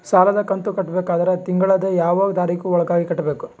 ಸಾಲದ ಕಂತು ಕಟ್ಟಬೇಕಾದರ ತಿಂಗಳದ ಯಾವ ತಾರೀಖ ಒಳಗಾಗಿ ಕಟ್ಟಬೇಕು?